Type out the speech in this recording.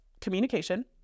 communication